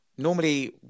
Normally